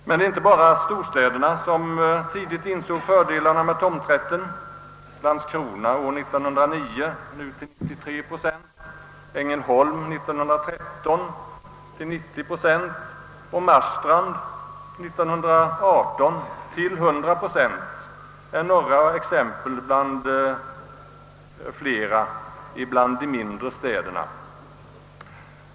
Men det var inte bara storstäderna som tidigt insåg fördelarna av tomträtten. Landskrona införde den 1909 och använder den nu till 93 procent, Ängelholm införde den 1913 och använder den till 90 procent, och Marstrand införde den 1918 och använder den till 100 procent. Detta är några exempel av många på mindre städer som använder tomträtten.